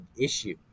issue